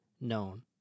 known